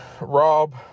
Rob